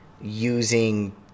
using